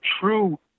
true